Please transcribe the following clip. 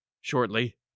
shortly